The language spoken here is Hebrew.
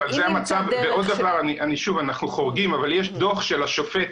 ועוד דבר, שוב, אנחנו חורגים, אבל יש דוח של השופט